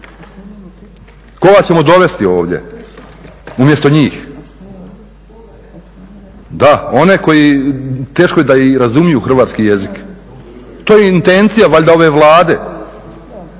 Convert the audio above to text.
Koga ćemo dovesti ovdje umjesto njih? Da, one koji teško da i razumiju hrvatski jezik. To je i intencija valjda ove Vlade.